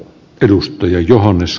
herra puhemies